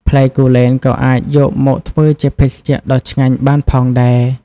ផ្លែគូលែនក៏អាចយកមកធ្វើជាភេសជ្ជៈដ៏ឆ្ងាញ់បានផងដែរ។